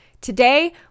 Today